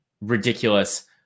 ridiculous